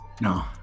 No